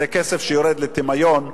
זה כסף שיורד לטמיון.